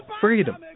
Freedom